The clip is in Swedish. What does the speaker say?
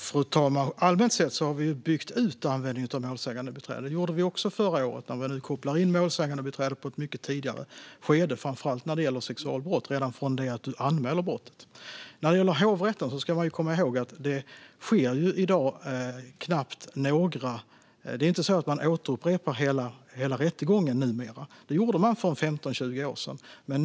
Fru talman! Allmänt sett har vi byggt ut användningen av målsägandebiträde. Det gjorde vi också förra året. Vi kopplar nu in målsägandebiträde i ett mycket tidigare skede, framför allt när det gäller sexualbrott - redan från det att man anmäler brottet. När det gäller hovrätten ska vi komma ihåg att man numera inte återupprepar hela rättegången, som man gjorde för 15-20 år sedan.